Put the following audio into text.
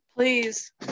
please